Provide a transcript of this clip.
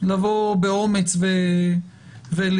לבוא באומץ ולהתייצב.